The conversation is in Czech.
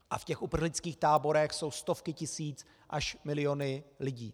V těch uprchlických táborech jsou stovky tisíc až miliony lidí.